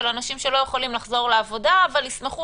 של אנשים שלא יכולים לחזור לעבודה אבל ישמחו